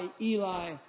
Eli